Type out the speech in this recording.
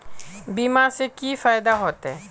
बीमा से की फायदा होते?